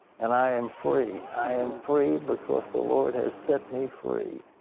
and i am free. i am free because the lord has set me free.